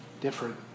different